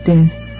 Death